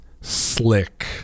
slick